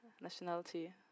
nationality